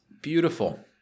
Beautiful